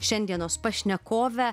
šiandienos pašnekovę